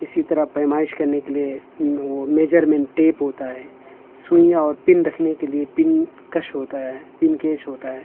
اسی طرح پیمائش کرنے کے لیے وہ میجرمنٹ ٹیپ ہوتا ہے سوئیاں اور پن رکھنے کے لیے پن کش ہوتا ہے پن کیش ہوتا ہے